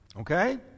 Okay